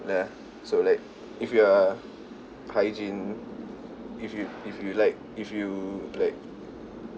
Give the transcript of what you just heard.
ya so like if you're hygiene if you if you like if you like